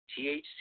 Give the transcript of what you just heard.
THC